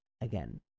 again